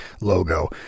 logo